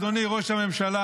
אדוני ראש הממשלה,